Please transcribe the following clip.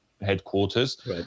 headquarters